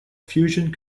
fusion